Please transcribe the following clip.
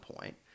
point